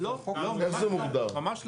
לא, ממש לא.